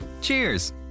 Cheers